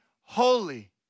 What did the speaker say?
holy